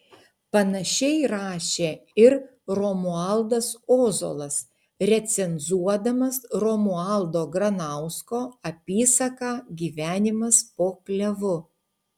panašiai rašė ir romualdas ozolas recenzuodamas romualdo granausko apysaką gyvenimas po klevu